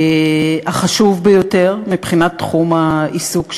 החשוב ביותר מבחינת תחום העיסוק שלו,